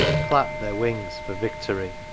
clap their wings for victory